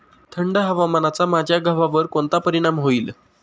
थंड हवामानाचा माझ्या गव्हावर कोणता परिणाम होईल?